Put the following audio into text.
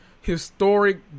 historic